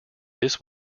this